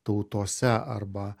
tautose arba